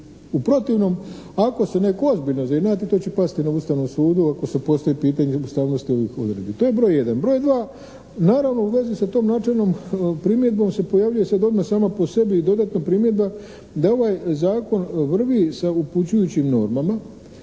U protivnom, ako se netko ozbiljno zainati to će pasti na Ustavnom sudu ako se postavi pitanje ustavnosti ovih odredbi. To je broj jedan. Broj dva, naravno u vezi sa tom načelnom primjedbom se pojavljuje sad odmah sama po sebi i dodatna primjedba da ovaj Zakon vrvi sa upućujućim normama